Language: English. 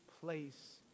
place